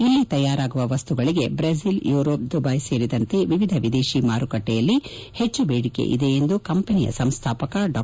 ಇಲ್ಲಿ ತಯಾರಾಗುವ ವಸ್ತುಗಳಿಗೆ ದ್ರೆಜಿಲ್ ಯುರೋಪ್ ದುಬ್ಲೆ ಸೇರಿದಂತೆ ವಿವಿಧ ವಿದೇಶಿ ಮಾರುಕಟ್ಲೆಯಲ್ಲಿ ಹೆಚ್ಚು ದೇಡಿಕೆ ಇದೆ ಎಂದು ಕಂಪನಿಯ ಸಂಸ್ಥಾಪಕ ಡಾ